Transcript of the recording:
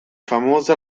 famosa